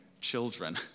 children